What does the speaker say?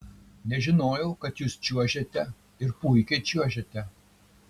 nežinojau kad jūs čiuožiate ir puikiai čiuožiate